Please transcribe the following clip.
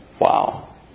Wow